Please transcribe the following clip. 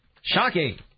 Shocking